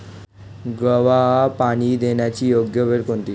गव्हास पाणी देण्याची योग्य वेळ कोणती?